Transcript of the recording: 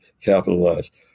capitalized